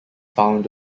found